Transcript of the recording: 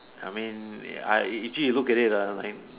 I mean ya I actually you look at it ah like